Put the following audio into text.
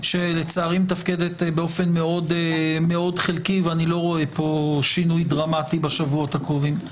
שלצערי מתפקדת מאוד חלקי ואני לא רואה פה שינוי דרמטי בשבועות הקרובים.